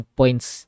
points